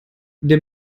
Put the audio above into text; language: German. der